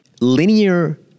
Linear